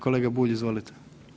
Kolega Bulj izvolite.